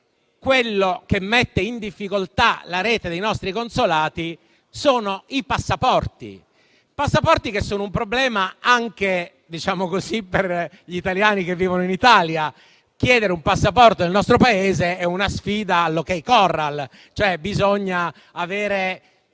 che a mettere in difficoltà la rete dei nostri consolati sono i passaporti, che sono un problema anche per gli italiani che vivono in Italia: chiedere un passaporto nel nostro Paese è una sfida all'Ok Corral, cioè di solito